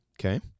Okay